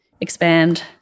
expand